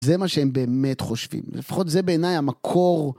זה מה שהם באמת חושבים, לפחות זה בעיניי המקור